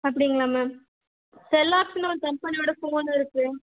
அப்படிங்களா மேம் செல்லாக்ஸுன்னு ஒரு கம்பெனியோடய ஃபோன் இருக்குது